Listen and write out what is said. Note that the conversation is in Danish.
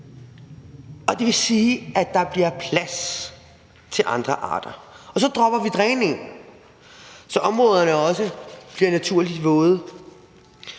det vil sige, at der bliver plads til andre arter. Og så dropper vi dræning, så områderne også bliver naturligt våde.